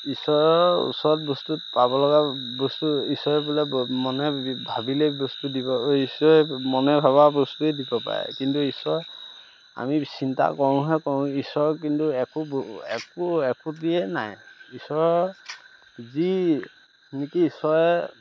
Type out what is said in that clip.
ঈশ্বৰৰ ওচৰত বস্তু পাব লগা বস্তু ঈশ্বৰে বোলে মনে ভাবিলেই বস্তু দিব ঈশ্বৰে মনে ভবা বস্তুৱে দিব পাৰে কিন্তু ঈশ্বৰ আমি চিন্তা কৰোঁহে কৰোঁ ঈশ্বৰৰ কিন্তু একো একো একোটিয়ে নাই ঈশ্বৰৰ যি নেকি ঈশ্বৰে